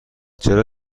چرا